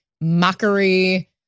mockery